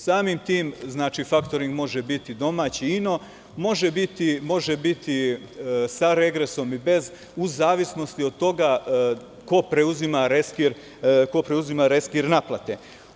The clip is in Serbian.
Samim tim, faktoring može biti domaći, ino, može biti sa regresom i bez, u zavisnosti od toga ko preuzima reskir naplate.